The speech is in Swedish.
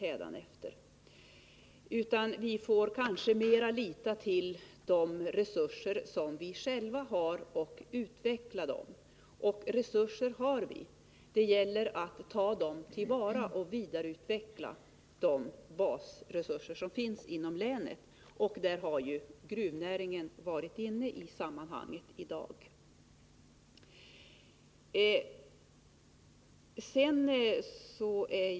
Vi får i dessa län mera lita till de resurser som vi själva har och utveckla dessa. Naturtillgångar har vi ju — det gäller bara att ta dem till vara och vidareutveckla de basresurser som finns inom länet. Gruvnäringen har i dag nämnts i detta sammanhang.